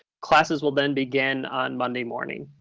classes will then begin on monday morning?